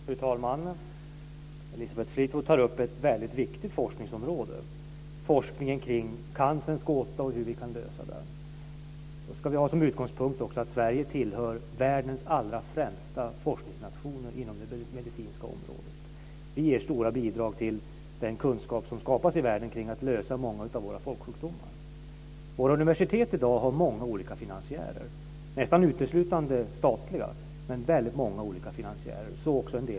Fru talman! Elisabeth Fleetwood tar upp ett mycket viktigt forskningsområde, forskningen kring cancerns gåta och hur vi kan lösa den. Då ska vi ha som utgångspunkt att Sverige tillhör världens allra främsta forskarnationer inom det medicinska området. Vi ger stora bidrag till den kunskap som skapas i världen för att lösa många av våra folksjukdomar. Våra universitet har i dag väldigt många olika finansiärer, nästan uteslutande statliga, men också en del privata.